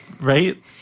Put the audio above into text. right